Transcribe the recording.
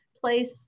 place